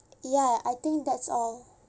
ya I think that's all